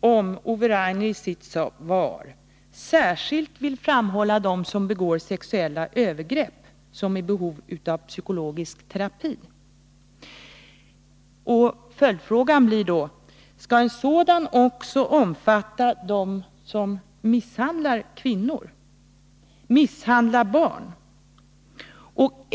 om Ove Rainer i sitt svar särskilt ville framhålla att de som begår sexuella övergrepp är i behov av psykologisk terapi. Följdfrågan blir då: Skall en sådan vård omfatta även dem som misshandlar kvinnor och barn?